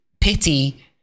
pity